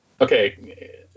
Okay